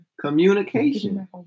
communication